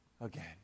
again